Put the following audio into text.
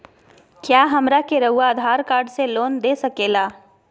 क्या हमरा के रहुआ आधार कार्ड से लोन दे सकेला?